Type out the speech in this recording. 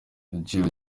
igiciro